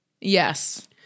Yes